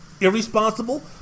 irresponsible